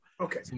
Okay